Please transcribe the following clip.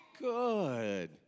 Good